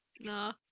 no